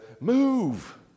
move